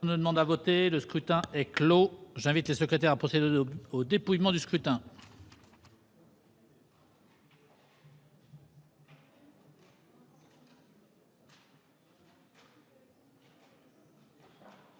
Le scrutin est clos. J'invite Mmes et MM. les secrétaires à procéder au dépouillement du scrutin.